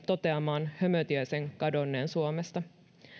toteamaan hömötiaisen kadonneen suomesta